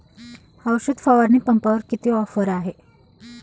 औषध फवारणी पंपावर किती ऑफर आहे?